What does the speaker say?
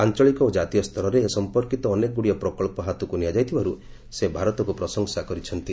ଆଞ୍ଚଳିକ ଓ ଜାତୀୟ ସ୍ତରରେ ଏ ସଂପର୍କିତ ଅନେକଗୁଡ଼ିଏ ପ୍ରକଳ୍ପ ହାତକୁ ନିଆଯାଇଥିବାରୁ ସେ ଭାରତକୁ ପ୍ରଶଂସା କରିଛନ୍ତି